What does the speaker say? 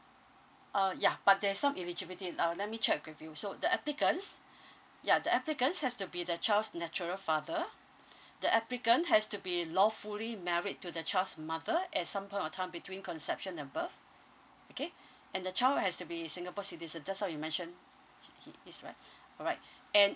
uh ya but there's some eligibility uh let me check with you so the applicants ya the applicants has to be the child's natural father the applicant has to be lawfully married to the child's mother at some point of time between conception and birth okay and the child has to be singapore citizen just now you mention he he is right alright and